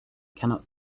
cannot